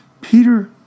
Peter